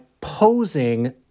posing